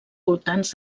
voltants